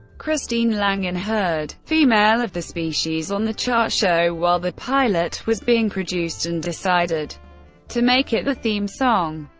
christine langan heard female of the species on the chart show while the pilot was being produced and decided to make it the theme song.